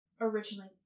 originally